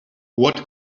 what